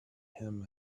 him